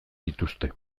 dituzte